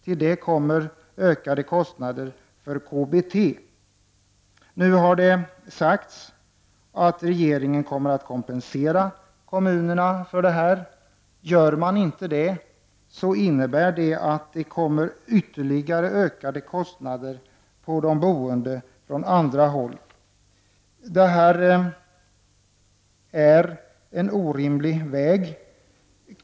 Till detta kommer ökade kostnader för KBT. Det har sagts att regeringen kommer att kompensera kommunerna för detta. Gör man inte det, innebär det ytterligare ökade kostnader på de boende från andra håll. Detta är en orimlig väg.